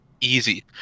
easy